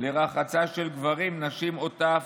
לרחצה של גברים, נשים או טף.